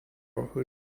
who